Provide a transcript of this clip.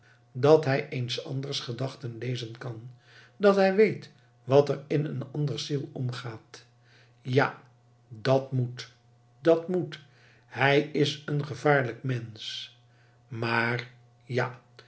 dat hij een anders gedachten lezen kan dat hij weet wat er in een anders ziel omgaat ja dat moet dat moet hij is een gevaarlijk mensch maar ja